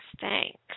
Thanks